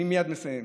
אני מייד מסיים.